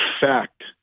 fact